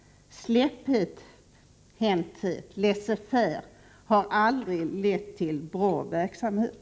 Släpphänthet och laisser faire har aldrig lett till någon bra verksamhet.